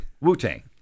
Wu-Tang